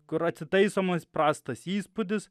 kur atitaisomas prastas įspūdis